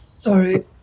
Sorry